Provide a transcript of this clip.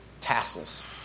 tassels